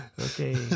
Okay